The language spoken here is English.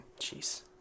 Jeez